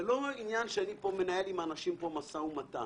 זה לא עניין שאני מנהל פה עם אנשים משא ומתן.